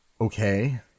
Okay